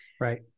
Right